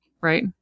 Right